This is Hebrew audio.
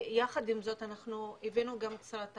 יחד עם זאת, אנחנו הבאנו גם שרת הסביבה,